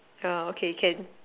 yeah okay can